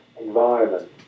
environment